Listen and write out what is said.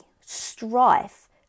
strife